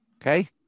Okay